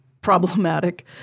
problematic